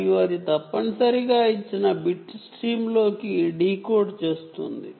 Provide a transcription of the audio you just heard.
మరియు అది తప్పనిసరిగా ఇచ్చిన RFID చిప్ బిట్ స్ట్రీమ్లోకి డీ కోడ్ చేస్తుంది